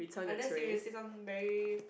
unless you say some very